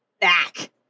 back